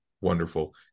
wonderful